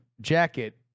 jacket